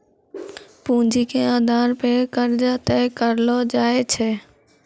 पूंजी के आधार पे कर्जा तय करलो जाय छै